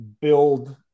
build –